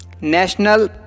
National